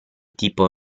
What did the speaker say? tipo